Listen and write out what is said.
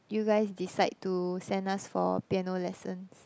you guys decide to send us for piano lessons